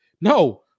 no